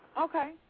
Okay